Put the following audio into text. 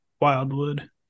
Wildwood